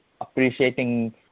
appreciating